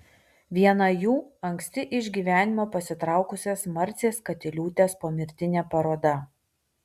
viena jų anksti iš gyvenimo pasitraukusios marcės katiliūtės pomirtinė paroda